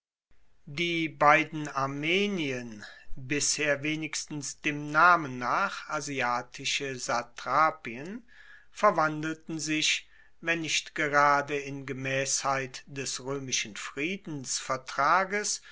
die beiden armenien bisher wenigstens dem namen nach asiatische satrapien verwandelten sich wenn nicht gerade in gemaessheit des roemischen